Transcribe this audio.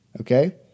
Okay